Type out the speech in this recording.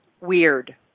weird